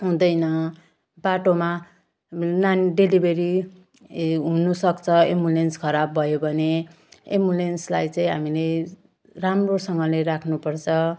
हुँदैन बाटोमा नानी डेलिभेरी ए हुनुसक्छ एम्बुलेन्स खराब भयो भने एम्बुलेन्सलाई चाहिँ हामीले राम्रोसँगले राख्नुपर्छ